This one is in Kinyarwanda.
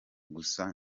gusa